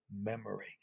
memory